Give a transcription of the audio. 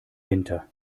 winter